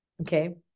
Okay